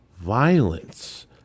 violence